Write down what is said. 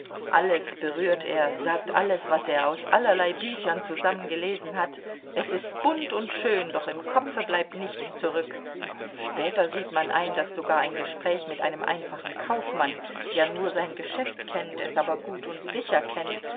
alles berührt er sagt alles was er aus allerlei büchern zusammengelesen hat es ist bunt und schön doch im kopfe bleibt nichts zurück später sieht man ein daß sogar ein gespräch mit einem einfachen kaufmann der nur sein geschäft kennt es aber gut und sicher kennt